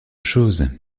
chose